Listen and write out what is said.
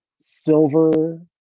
silver